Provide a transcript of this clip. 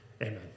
Amen